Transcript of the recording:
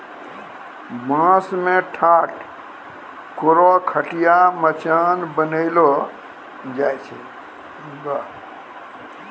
बांस सें ठाट, कोरो, खटिया, मचान बनैलो जाय छै